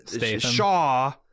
Shaw